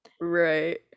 right